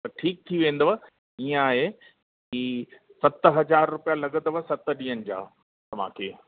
त ठीकु थी वेंदव इअं आहे की सत हज़ार रुपया लॻंदव सत ॾींहंनि जा तव्हांखे